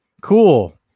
cool